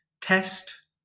test